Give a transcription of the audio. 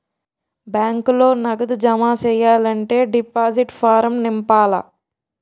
బ్యాంకులో నగదు జమ సెయ్యాలంటే డిపాజిట్ ఫారం నింపాల